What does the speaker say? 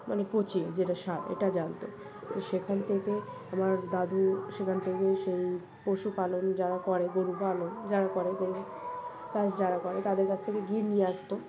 মানে পচিয়ে যেটা সার এটা জানতো তো সেখান থেকে আমার দাদু সেখান থেকে সেই পশুপালন যারা করে গরু পালন যারা করে চাষ যারা করে তাদের কাছ থেকে ঘি নিয়ে আসতো